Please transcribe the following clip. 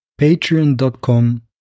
patreon.com